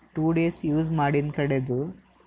two days use ಮಾಡಿನ ಕಡೆದು